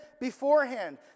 beforehand